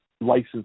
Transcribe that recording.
license